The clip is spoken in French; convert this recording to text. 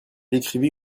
écrivit